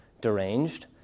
deranged